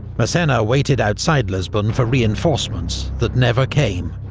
massena waited outside lisbon for reinforcements that never came,